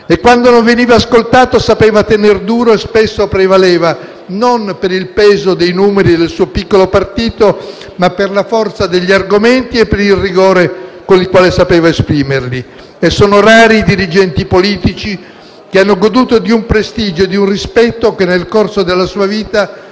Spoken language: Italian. e, quando non veniva ascoltato, sapeva tener duro e spesso prevaleva non per il peso dei numeri del suo piccolo partito, ma per la forza degli argomenti e per il rigore con il quale sapeva esprimerli. Sono rari i dirigenti politici che hanno goduto di quel prestigio e di quel rispetto che nel corso della sua vita